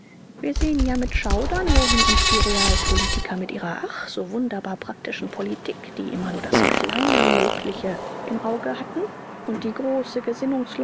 wir sehen ja mit schaudern wohin uns die realpolitiker mit ihrer ach so wunderbar praktischen politik die immer nur das kleine mögliche im auge hatten und die große